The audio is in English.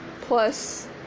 plus